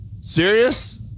Serious